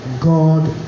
God